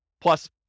plus